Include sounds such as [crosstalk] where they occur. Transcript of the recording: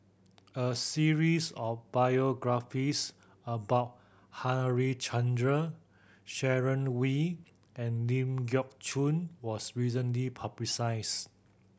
a series of biographies about Harichandra Sharon Wee and Ling Geok Choon was recently [unintelligible]